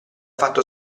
fatto